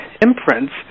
imprints